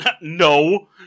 No